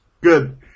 good